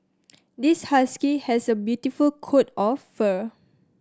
this husky has a beautiful coat of fur